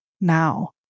now